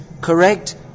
correct